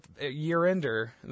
year-ender